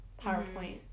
PowerPoint